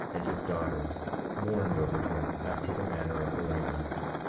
and his daughters mourned over him, after the manner of the lamanites,